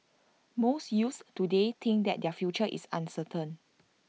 most youths today think that their future is uncertain